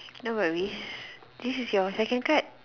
no worries this is your second card